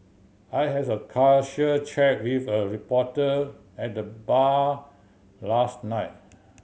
I has a casual chat with a reporter at the bar last night